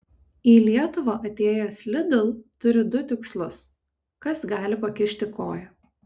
į lietuvą atėjęs lidl turi du tikslus kas gali pakišti koją